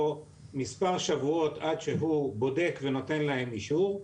מספר שבועות עד שהוא בודק ונותן להם אישור,